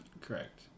Correct